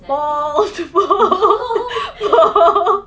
bald bald